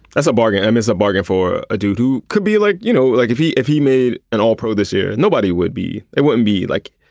that's a bargain um is a bargain for a dude who could be like, you know, like if he if he made an all pro this year, nobody would be. they wouldn't be like,